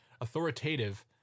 authoritative